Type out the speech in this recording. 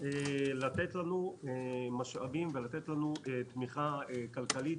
לתת לנו משאבים, לתת לנו תמיכה כלכלית.